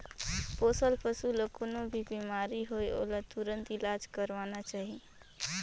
पोसल पसु ल कोनों भी बेमारी होये ओला तुरत इलाज करवाना चाही